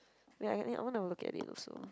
wait I wanna I want to look at it also